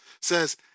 says